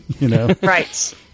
Right